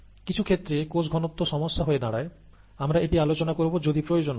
কিছু ক্ষেত্রে কোষ ঘনত্ব সমস্যা হয়ে দাঁড়ায় আমরা এটি আলোচনা করব যদি প্রয়োজন হয়